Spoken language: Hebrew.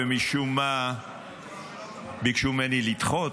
ומשום מה ביקשו ממני לדחות,